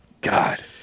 God